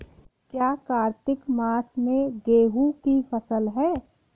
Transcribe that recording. क्या कार्तिक मास में गेहु की फ़सल है?